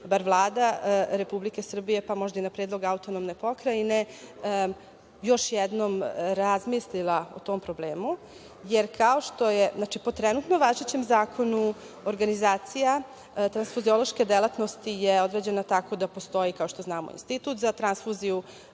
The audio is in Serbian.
bar Vlada Republike Srbije, pa možda i na predlog AP, još jednom razmislila o tom problemu. Znači, po trenutno važećem zakonu organizacija transfuziološke delatnosti je određena tako da postoji kao što znamo Institut za transfuziju